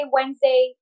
Wednesday